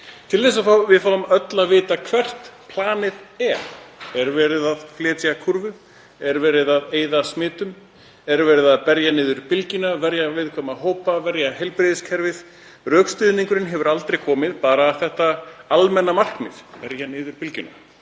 til að við fáum öll að vita hvert planið er. Er verið að fletja kúrfu? Er verið að eyða smitum? Er verið að berja niður bylgjuna, verja viðkvæma hópa, verja heilbrigðiskerfið? Rökstuðningurinn hefur aldrei komið, bara það almenna markmið að berja niður bylgjuna.